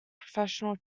professional